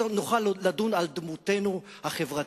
ואז עוד נוכל לדון על דמותנו החברתית-הכלכלית.